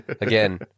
again